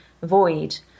void